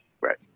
right